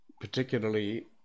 particularly